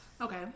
okay